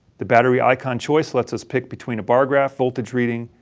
the battery icon choice lets us pick between a bar graph voltage reading,